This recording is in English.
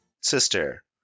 sister